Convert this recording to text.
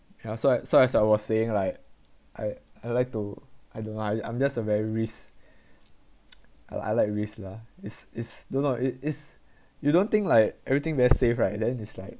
ya so I so as I was saying like I I'd like to I don't know I I'm just a very risk I I like risk lah is is don't know it is you don't think like everything very safe right then is like